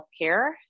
Healthcare